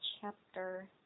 chapter